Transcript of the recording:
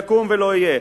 לא יקום ולא יהיה.